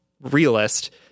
realist